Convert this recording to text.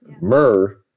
Myrrh